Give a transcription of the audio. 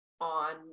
on